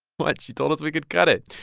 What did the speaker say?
what? she told us we could cut it.